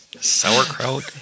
Sauerkraut